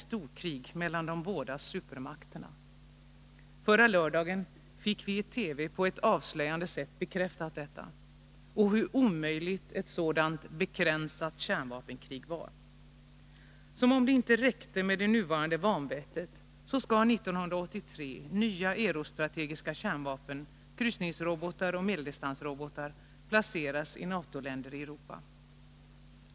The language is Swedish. storkrig mellan de båda supermakterna.” Förra lördagen fick vi i TV på ett avslöjande sätt detta bekräftat, liksom hur omöjligt ett sådant ”begränsat” kärnvapenkrig är. Som om det inte räckte med det nuvarande vanvettet, skall 1983 nya eurostrategiska kärnvapen, kryssningsrobotar och medeldistansrobotar, placeras i NATO-länder i Europa.